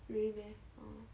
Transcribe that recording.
really meh orh